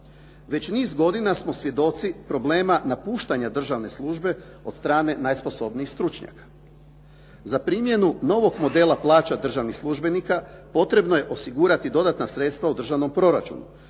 Već niz godina smo svjedoci problema napuštanja državne službe od strane najsposobnijih stručnjaka. Za primjenu novog modela plaća državnih službenika potrebno je osigurati dodatna sredstva u državnom proračunu